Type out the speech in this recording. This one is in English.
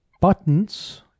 Buttons